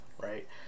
right